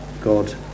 God